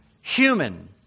human